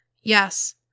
Yes